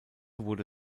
wurde